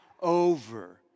over